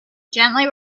gently